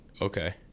Okay